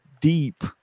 deep